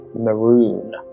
maroon